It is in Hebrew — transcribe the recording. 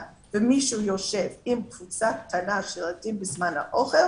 ומישהו יושב עם קבוצה קטנה של ילדים בזמן האוכל